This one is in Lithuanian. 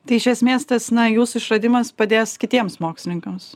tai iš esmės tas na jūsų išradimas padės kitiems mokslininkams